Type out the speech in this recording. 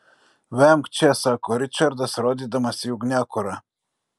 vemk čia sako ričardas rodydamas į ugniakurą